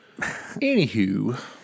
Anywho